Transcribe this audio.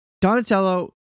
Donatello